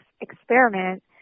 experiment